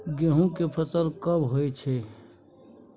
गेहूं के फसल कब होय छै?